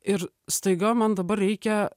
ir staiga man dabar reikia